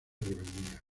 rebeldía